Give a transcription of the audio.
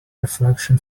reflection